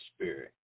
spirit